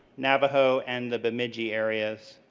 navajo, and the bemidji areas.